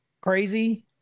crazy